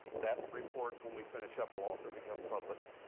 that report, when we finish up, will also become public,